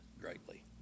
greatly